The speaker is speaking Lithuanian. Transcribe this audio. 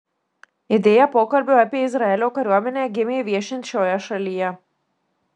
idėja pokalbiui apie izraelio kariuomenę gimė viešint šioje šalyje